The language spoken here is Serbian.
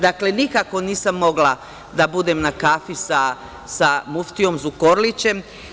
Dakle, nikako nisam mogla da budem na kafi sa muftijom Zukorlićem.